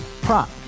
Prop